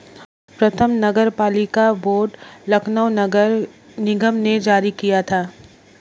प्रथम नगरपालिका बॉन्ड लखनऊ नगर निगम ने जारी किया था